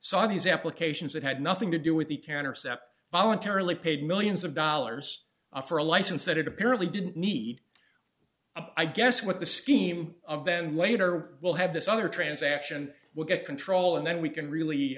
saw these applications that had nothing to do with the counter step voluntarily paid millions of dollars for a license that it apparently didn't need i guess what the scheme of then later we'll have this other transaction will get control and then we can really